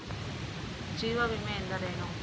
ಜೀವ ವಿಮೆ ಎಂದರೇನು?